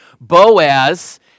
Boaz